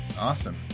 Awesome